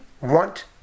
want